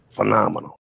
Phenomenal